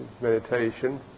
meditation